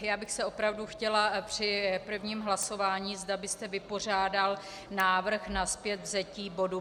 Já bych opravdu chtěla při prvním hlasování, zda byste vypořádal návrh na zpětvzetí bodu B.